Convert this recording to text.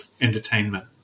entertainment